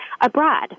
abroad